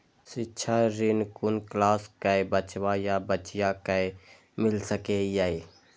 शिक्षा ऋण कुन क्लास कै बचवा या बचिया कै मिल सके यै?